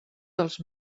dels